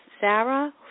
Sarah